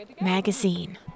magazine